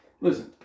listen